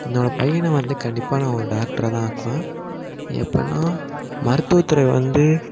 என்னோடய பையனை வந்து கண்டிப்பாக நான் ஒரு டாக்டராக தான் ஆக்குவேன் எப்போனா மருத்துவத்துறை வந்து